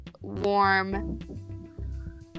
warm